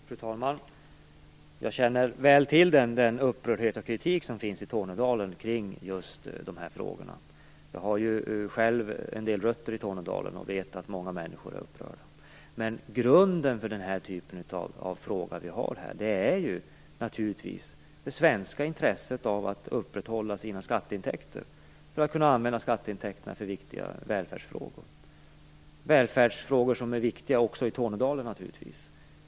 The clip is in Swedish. Fru talman! Jag känner väl till upprördheten över och kritiken kring just dessa frågor i Tornedalen. Jag har ju själv rötter i Tornedalen och vet att många människor där är upprörda. Men grunden för denna fråga är naturligtvis det svenska intresset av att upprätthålla våra skatteintäkter för att kunna använda dem till viktiga välfärdsområden - välfärdsområden som naturligtvis också är viktiga i Tornedalen.